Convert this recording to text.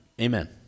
Amen